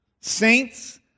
Saints